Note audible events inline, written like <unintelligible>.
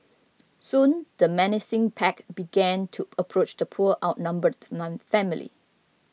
soon the menacing pack began to approach the poor outnumbered <unintelligible> family